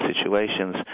situations